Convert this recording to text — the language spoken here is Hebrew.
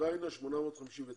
אוקראינה 859,